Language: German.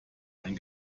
ein